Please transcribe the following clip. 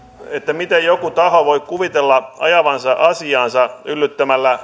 miten joku taho voi kuvitella ajavansa asiaansa yllyttämällä